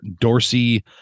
Dorsey